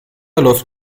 läuft